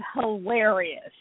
hilarious